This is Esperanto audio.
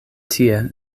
tie